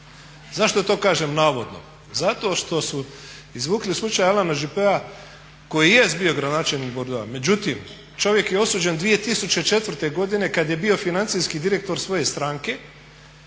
Zašto to kažem navodno? Zato što su izvukli slučaj Alana … koji jest bio gradonačelnik Bordeuxa, međutim čovjek je osuđen 2004. godine kad je bio financijski direktor svoje stranke